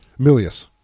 Milius